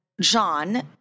john